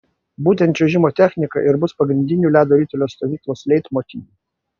būtent čiuožimo technika ir bus pagrindiniu ledo ritulio stovyklos leitmotyvu